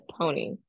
pony